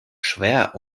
schwer